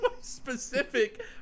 Specific